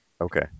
okay